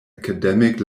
academic